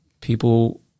people